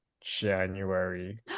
January